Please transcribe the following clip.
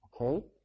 Okay